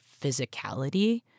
physicality